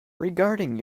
regarding